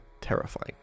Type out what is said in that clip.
terrifying